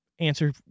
Answer